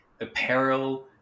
apparel